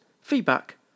feedback